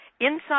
Inside